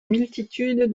multitude